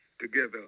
together